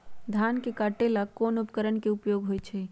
धान के काटे का ला कोंन उपकरण के उपयोग होइ छइ?